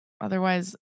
Otherwise